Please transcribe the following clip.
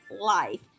life